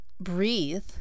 breathe